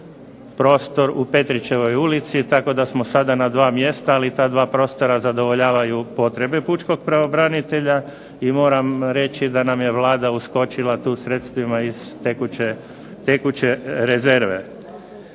u Petrićevoj ulici, tako da smo sada na dva mjesta, ali ta dva prostora zadovoljavaju potrebe Pučkog pravobranitelja, i moram reći da nam je Vlada uskočila tu sredstvima iz tekuće rezerve.